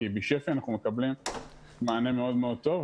כי משפ"י אנחנו מקבלים מענה מאוד טוב,